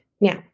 Now